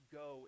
go